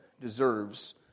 deserves